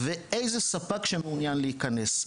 ואיזה ספק שמעוניין להיכנס.